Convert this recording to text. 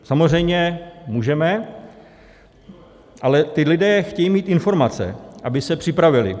Samozřejmě můžeme, ale ti lidé chtějí mít informace, by se připravili.